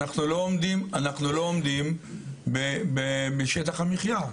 אנחנו לא עומדים בשטח המחיה.